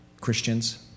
Christians